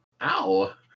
Ow